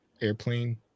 airplane